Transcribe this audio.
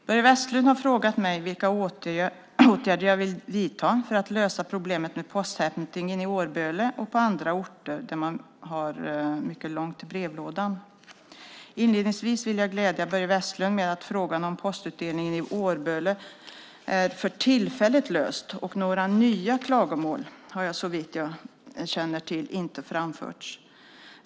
Fru talman! Börje Vestlund har frågat mig vilka åtgärder jag vill vidta för att lösa problemet med posthämtningen i Årböle och på andra orter där man har mycket långt till brevlådan. Inledningsvis vill jag glädja Börje Vestlund med att frågan om postutdelningen i Årböle är för tillfället löst och några nya klagomål har, såvitt jag känner till, inte framförts.